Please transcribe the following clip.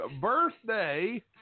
birthday